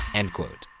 end quote.